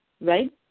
right